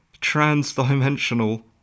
trans-dimensional